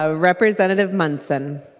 ah representative munson